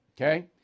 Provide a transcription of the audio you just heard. Okay